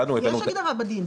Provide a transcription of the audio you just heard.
יש הגדרה בדין,